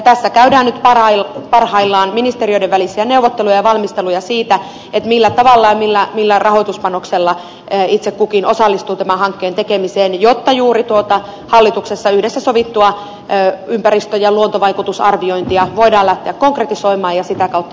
tässä käydään nyt parhaillaan ministeriöiden välisiä neuvotteluja ja valmisteluja siitä millä tavalla ja millä rahoituspanoksella itse kukin osallistuu tämän hankkeen tekemiseen jotta juuri tuota hallituksessa yhdessä sovittua ympäristö ja luontovaikutusarviointia voidaan lähteä konkretisoimaan ja sitä kautta voidaan lähteä myöskin ohjeistamaan